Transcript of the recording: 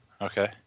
okay